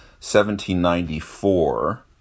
1794